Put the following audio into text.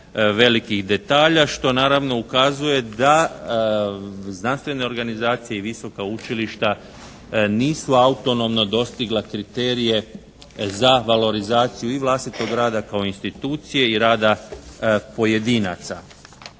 velikih detalja što naravno ukazuje da znanstvene organizacije i visoka učilišta nisu autonomno dostigla kriterije za valorizaciju i vlastitog rada kao institucije i rada pojedinaca.